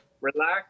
Relax